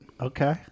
Okay